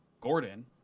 Gordon